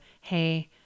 Hey